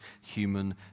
human